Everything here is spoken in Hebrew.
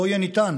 לא יהיה ניתן,